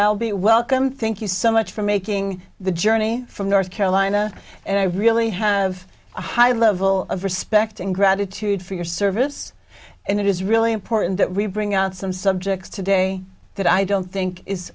well be welcome thank you so much for making the journey from north carolina and i really have a high level of respect and gratitude for your service and it is really important that we bring on some subjects today that i don't think is